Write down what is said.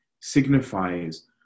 signifies